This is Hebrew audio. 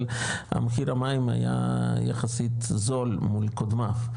אבל המחיר המים היה יחסית זול מול קודמיו,